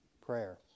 prayer